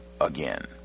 again